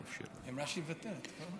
היא אמרה שהיא מוותרת, לא?